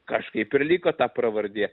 kažkaip ir liko ta pravardė